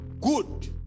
good